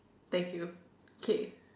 thank you okay